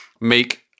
make